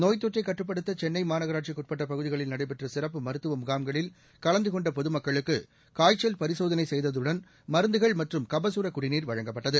நோய் தொற்றை கட்டுப்படுத்த சென்னை மாநகராட்சிக்கு உட்பட்ட பகுதிகளில் நடைபெற்ற சிறப்பு மருத்துவ முகாம்களில் கலந்து கொண்ட பொதுமக்களுக்கு காய்ச்சல் பரிசோதனை செய்ததுடன் மருந்துகள் மற்றும் கபசுர குடிநீர் வழங்கப்பட்டது